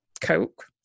coke